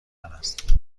است